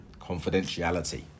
Confidentiality